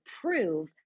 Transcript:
prove